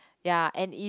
ya and if